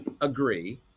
agree